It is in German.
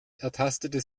ertastete